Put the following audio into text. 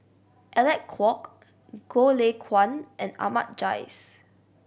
Alec Kuok Goh Lay Kuan and Ahmad Jais